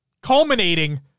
culminating